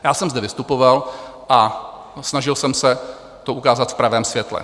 Já jsem zde vystupoval a snažil jsem se to ukázat v pravém světle.